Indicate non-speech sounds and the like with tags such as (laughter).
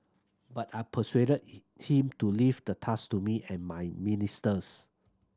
but I persuaded (unintelligible) him to leave the task to me and my ministers